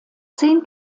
zehn